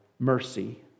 Mercy